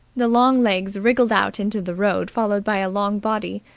the long legs wriggled out into the road followed by a long body.